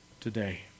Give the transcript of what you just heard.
today